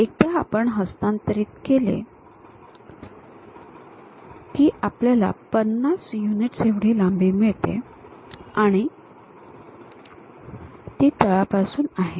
तर एकदा आपण हस्तांतरित केले की आपल्याला 50 युनिट्स एवढी लांबी मिळते आणि ती तळापासून आहे